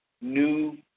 new